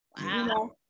Wow